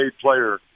player